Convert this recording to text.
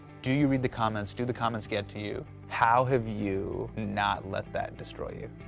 do you read the comments? do the comments get to you? how have you not let that destroy you?